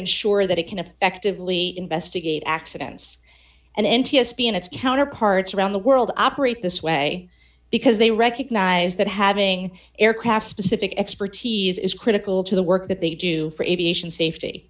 ensure that it can effectively investigate accidents and n t s b and its counterparts around the world operate this way because they recognize that having aircraft specific expertise is critical to the work that they do for aviation safety